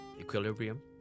Equilibrium